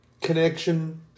connection